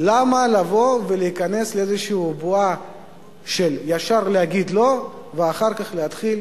למה להיכנס לאיזו בועה של ישר להגיד לא ואחר כך להתחיל